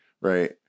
right